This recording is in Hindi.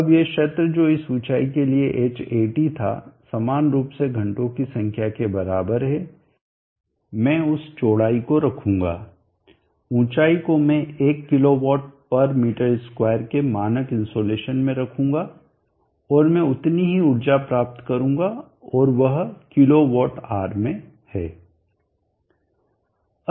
अब यह क्षेत्र जो उस चौड़ाई के लिए Hat था समान रूप से घंटों की संख्या के बराबर है मैं उस चौड़ाई को रखूँगा ऊँचाई को मैं 1kWm2 के मानक इनसोलेशन में रखूँगा और मैं उतनी ही ऊर्जा प्राप्त करूँगा और वह kWh में है